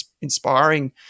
inspiring